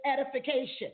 edification